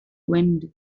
wind